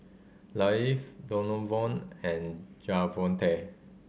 Leif Donavon and Javonte